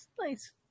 nice